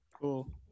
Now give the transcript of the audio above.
Cool